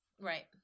right